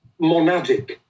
monadic